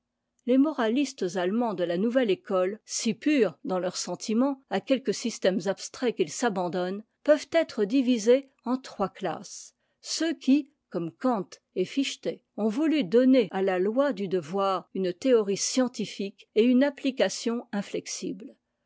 les moralistes allemands de la nouvelle école si purs dans leurs sentiments à quelques systèmes abstraits qu'ils s'abandonnent peuvent être divisés en trois classes ceux qui comme kant et fichte ont voulu donner à la loi du devoir une théorie scientifique et une application inflexible